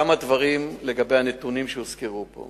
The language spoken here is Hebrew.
כמה דברים לגבי הנתונים שהוזכרו פה.